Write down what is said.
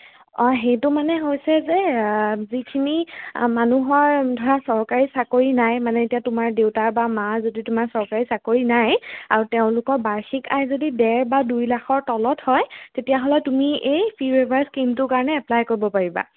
অঁ সেইটো মানে হৈছে যে যিখিনি মানুহৰ ধৰা চৰকাৰী চাকৰি নাই মানে এতিয়া তোমাৰ দেউতাৰ বা মাৰ যদি তোমাৰ চৰকাৰী চাকৰি নাই আৰু তেওঁলোকৰ বাৰ্ষিক আয় যদি ডেৰ বা দুই লাখৰ তলত হয় তেতিয়াহ'লে তুমি এই ফি ৱেইভাৰ স্কীমটোৰ কাৰণে এপ্লাই কৰিব পাৰিবা